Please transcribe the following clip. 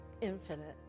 infinite